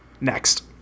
Next